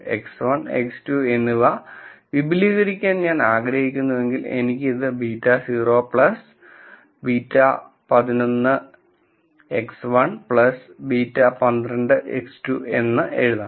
X1 x2 എന്നിവ വിപുലീകരിക്കാൻ ഞാൻ ആഗ്രഹിക്കുന്നുവെങ്കിൽ എനിക്ക് ഇത് β0 β11 x1 β12x2 എന്ന് എഴുതാം